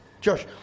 Josh